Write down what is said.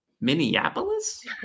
minneapolis